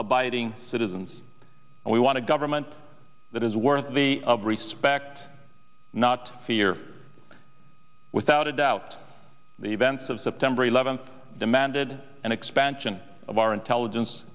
abiding citizens and we want to government that is worth of respect not here without a doubt the events of september eleventh demanded an expansion of our intelligence